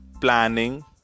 planning